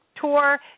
tour